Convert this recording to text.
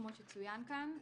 כמו שצוין כאן.